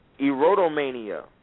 Erotomania